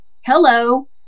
Hello